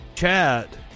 chat